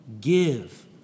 give